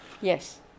Yes